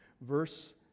verse